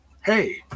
hey